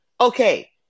Okay